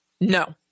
no